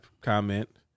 comment